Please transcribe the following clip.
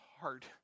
heart